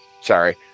Sorry